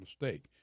mistake